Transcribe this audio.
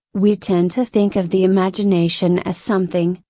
we tend to think of the imagination as something,